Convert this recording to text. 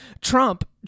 Trump